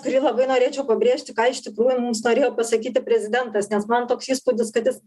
kurį labai norėčiau pabrėžti ką iš tikrųjų mums norėjo pasakyti prezidentas nes man toks įspūdis kad jis